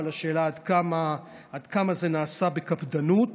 אבל השאלה היא עד כמה זה נעשה בקפדנות.